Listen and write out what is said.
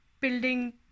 Building